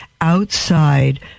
outside